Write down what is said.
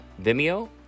Vimeo